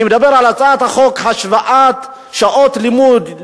אני מדבר על הצעת החוק להשוואת שעות לימודים,